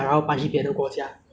what would it be like